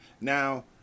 Now